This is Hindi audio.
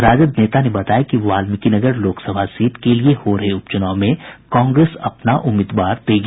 राजद नेता ने बताया कि वाल्मीकिनगर लोकसभा सीट के लिए हो रहे उपचुनाव में कांग्रेस अपना उम्मीदवार देगी